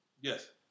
Yes